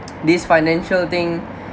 these financial thing